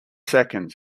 seconds